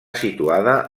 situada